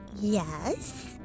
yes